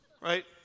Right